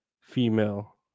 female